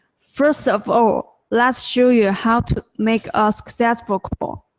first of all, let's show you how to make a successful call.